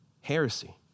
heresy